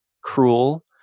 cruel